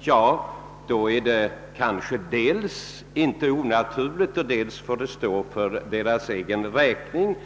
är dettå dels inte onaturligt, dels får det stå för vederbörandes egen räkning.